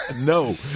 no